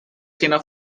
sina